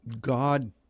God